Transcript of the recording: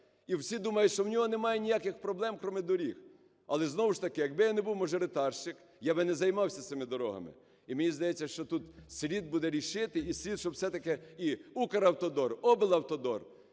і всі думають, що в нього нема ніяких проблем кроме доріг. Але ж знову-таки, якби я не був мажоритарщик, я би не займався цими дорогами. І мені здається, що тут слід буде рішити і слід, щоб все-таки і "Укравтодор", облавтодор